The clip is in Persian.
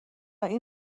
این